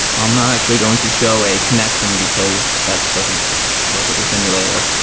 i'm not actually going to show a connection because that doesn't work with the simulator.